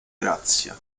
grazia